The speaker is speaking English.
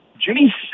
Jimmy